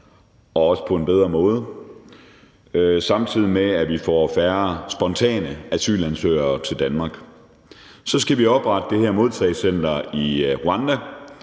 det på en bedre måde, samtidig med at vi får færre spontane asylansøgere til Danmark. Vi skal også oprette det her modtagecenter i Rwanda